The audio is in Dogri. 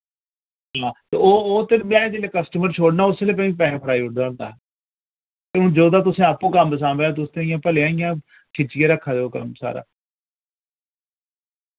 हां ते ओह् ओह् ते में जिल्लै कस्टमर छोड़ना उसलै मि पैसे फड़ाई ओड़दा होंदा हा हुन जदूं दा तुसें अप्पू कम्म सांभे दा तुस ते इ'यां भलयां इ'यां खिच्चियै रक्खा दे ओ कम्म सारा